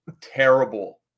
terrible